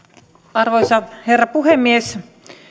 arvoisa herra puhemies